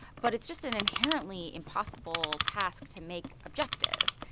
but it's just an inherently impossible task to make objective.